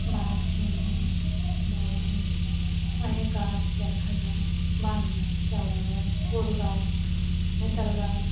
বাঘ সিংহ বা অনেক অনেক গাছ দেখা যায় বান গাছ কেওড়া গাছ গোল গাছ হেঁতাল গাছ